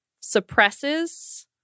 suppresses